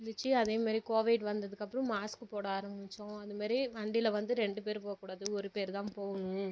இருந்துச்சு அதேமாதிரி கோவிட் வந்ததுக்கப்புறம் மாஸ்க்கு போட ஆரம்பித்தோம் அந்தமாரி வண்டியில் வந்து ரெண்டு பேர் போகக்கூடாது ஒரு பேர் தான் போகணும்